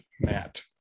Matt